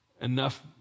enough